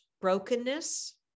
brokenness